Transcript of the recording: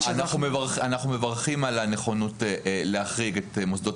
אנחנו מברכים על הנכונות להחריג את מוסדות